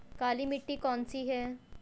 काली मिट्टी कौन सी है?